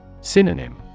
Synonym